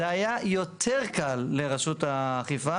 זה היה יותר קל לרשות האכיפה.